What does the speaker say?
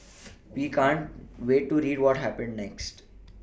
we can't wait to read what happens next